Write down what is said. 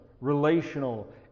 relational